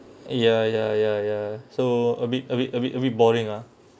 ya ya ya ya so a bit a bit a bit a bit boring lah